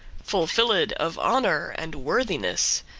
full filled of honour and worthiness,